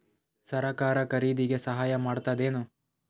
ಸರಕಾರ ಖರೀದಿಗೆ ಸಹಾಯ ಮಾಡ್ತದೇನು?